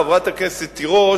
חברת הכנסת תירוש,